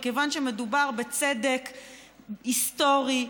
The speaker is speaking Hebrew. מכיוון שמדובר בצדק היסטורי,